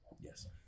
Yes